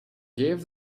gave